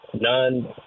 none